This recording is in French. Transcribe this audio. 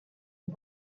ont